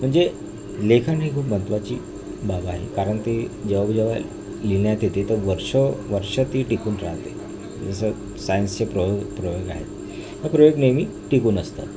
म्हणजे लेखन ही खूप महत्त्वाची बाब आहे कारण ते जेव्हा जेव्हा लिहिण्यात येते तर वर्ष वर्ष ती टिकून राहते जसं सायन्सचे प्रयोग प्रयोग आहेत हे प्रयोग नेहमी टिकून असतात